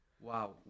Wow